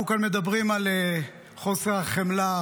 אנחנו כאן מדברים על חוסר החמלה,